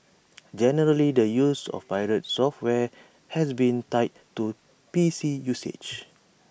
generally the use of pirated software has been tied to P C usage